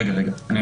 רגע, רגע.